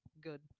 good